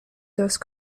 those